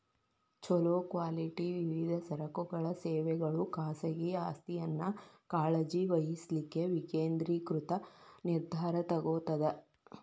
ಛೊಲೊ ಕ್ವಾಲಿಟಿ ವಿವಿಧ ಸರಕುಗಳ ಸೇವೆಗಳು ಖಾಸಗಿ ಆಸ್ತಿಯನ್ನ ಕಾಳಜಿ ವಹಿಸ್ಲಿಕ್ಕೆ ವಿಕೇಂದ್ರೇಕೃತ ನಿರ್ಧಾರಾ ತೊಗೊತದ